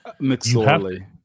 McSorley